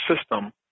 system